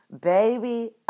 baby